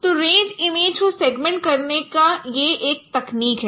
तो range image को segment करने की यह एक तकनीक है